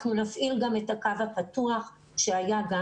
אנחנו נפעיל גם את הקו הפתוח שהיה גם